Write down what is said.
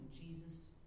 Jesus